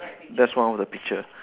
just one of the picture